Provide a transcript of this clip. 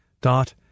dot